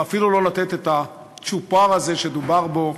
ואפילו לא לתת את הצ'ופר שדובר בו,